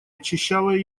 очищала